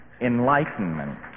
enlightenment